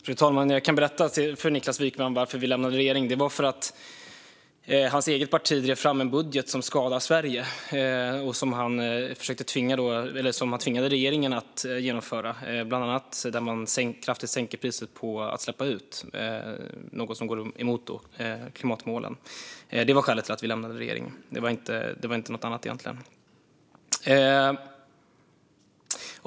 Fru talman! Jag kan berätta för Niklas Wykman varför vi lämnade regeringen. Det var för att hans eget parti lade fram en budget som skadar Sverige och som han tvingade regeringen att genomföra. Budgeten innebar bland annat kraftigt sänkta priser på utsläpp - något som går emot klimatmålen. Detta var skälet till att vi lämnade regeringen; det var egentligen inte något annat.